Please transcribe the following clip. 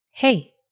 Hey